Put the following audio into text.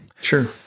Sure